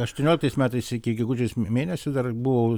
aštuonioliktais metais iki gegužės mėnesio dar buvo